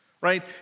right